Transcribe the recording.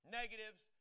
negatives